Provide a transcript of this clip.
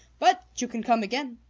but you can come again.